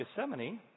Gethsemane